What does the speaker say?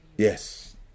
Yes